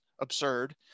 absurd